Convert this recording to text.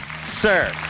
sir